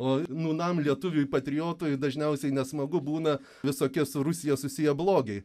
o nūnam lietuviui patriotui dažniausiai nesmagu būna visokie su rusija susiję blogiai